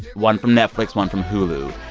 one from netflix, one from hulu.